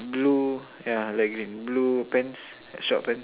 blue yeah light green blue pants like short pants